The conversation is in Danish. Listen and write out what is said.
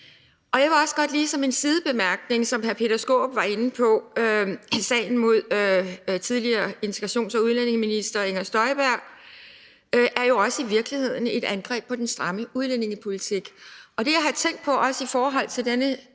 Jeg vil også godt lige som en sidebemærkning komme ind på det, som hr. Peter Skaarup var inde på, nemlig sagen mod tidligere integrations- og udlændingeminister Inger Støjberg. Det er jo i virkeligheden også et angreb på den stramme udlændingepolitik. Og det, jeg har tænkt på, også i forhold til den